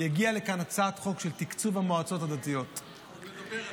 תגיע לכאן הצעת חוק של תקצוב המועצות הדתיות -- עוד נדבר על זה.